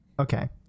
Okay